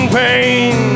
pain